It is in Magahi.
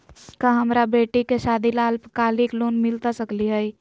का हमरा बेटी के सादी ला अल्पकालिक लोन मिलता सकली हई?